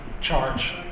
charge